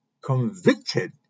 convicted